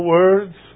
words